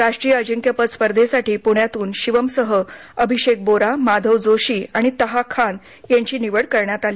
राष्ट्रीय अजिंक्यपद स्पर्धेंसाठी पुण्यातून शिवमसह अभिषेक बोरा माधव जोशी आणि तहा खान यांची निवड करण्यात आली